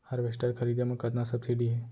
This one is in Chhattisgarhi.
हारवेस्टर खरीदे म कतना सब्सिडी हे?